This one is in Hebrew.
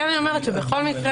בכל מקרה,